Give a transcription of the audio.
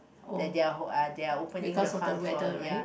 that they are their opening the front for ya